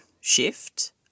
shift